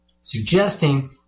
suggesting